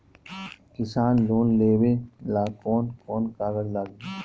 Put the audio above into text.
किसान लोन लेबे ला कौन कौन कागज लागि?